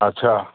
अछा